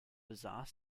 bizarre